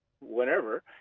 whenever